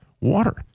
water